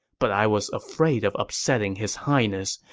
but i was afraid of upsetting his highness,